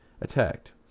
attacked